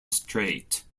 straight